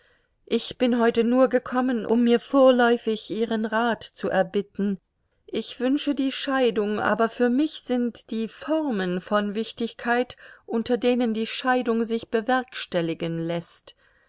ich bin heute nur gekommen um mir vorläufig ihren rat zu erbitten ich wünsche die scheidung aber für mich sind die formen von wichtigkeit unter denen die scheidung sich bewerkstelligen läßt